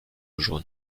jaune